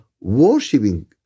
worshipping